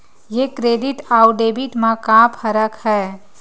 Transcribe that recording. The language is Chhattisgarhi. ये क्रेडिट आऊ डेबिट मा का फरक है?